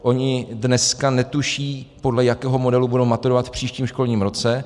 Oni dneska netuší, podle jakého modelu budou maturovat v příštím školním roce.